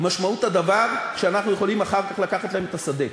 משמעות הדבר שאנחנו יכולים אחר כך לקחת להם את השדה.